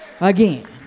again